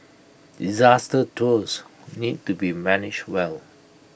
disaster tours need to be managed well